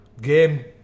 Game